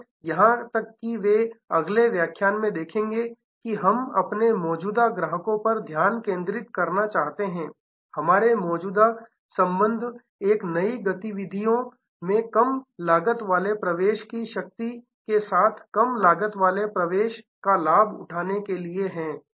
और यहां तक कि वे अगले व्याख्यान में देखेंगे कि हम अपने मौजूदा ग्राहकों पर ध्यान केंद्रित करना चाहते हैं हमारे मौजूदा संबंध एक नई गतिविधियों में कम लागत वाले प्रवेश की शक्ति के साथ कम लागत वाले प्रवेश का लाभ उठाने के लिए हैं